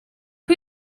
who